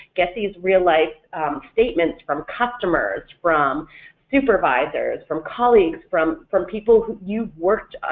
get these real life statements from customers, from supervisors, from colleagues, from from people who you've worked,